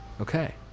Okay